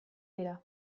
dira